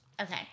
Okay